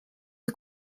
are